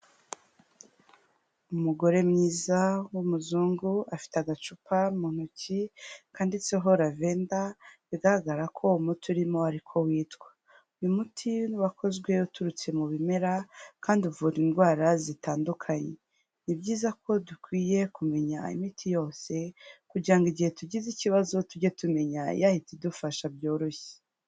Umugore mwiza w'umuzungu, afite agacupa mu ntoki kanditseho Lavender, bigaragara ko umuti urimo ariko witwa. Uyu muti wakozwe uturutse mu bimera kandi uvura indwara zitandukanye. Ni byiza ko dukwiye kumenya imiti yose kugira ngo igihe tugize ikibazo tujye tumenya iyahita idufasha byoroshye.